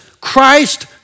Christ